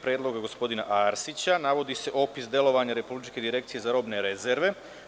Predloga gospodina Arsića navodi se opis delovanja Republičke direkcije za robne rezerve.